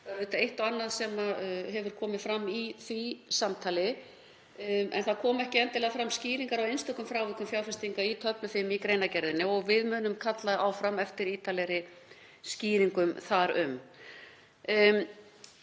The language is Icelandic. auðvitað eitt og annað sem hefur komið fram í því samtali. Það koma ekki endilega fram skýringar á einstökum frávikum fjárfestinga í töflu 5 í greinargerðinni og við munum kalla áfram eftir ítarlegri skýringum þar um.